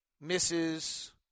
misses